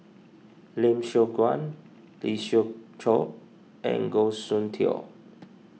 Lim Siong Guan Lee Siew Choh and Goh Soon Tioe